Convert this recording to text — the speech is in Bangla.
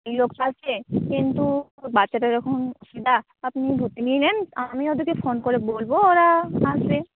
কিন্তু বাচ্চাটা যখন আপনি ভর্তি নিয়ে নেন আমি ওদেরকে ফোন করে বলবো ওরা আসবে